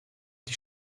die